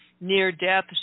near-death